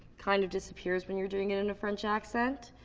kind of disappears when you're doing it in a french accent.